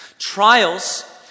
Trials